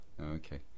Okay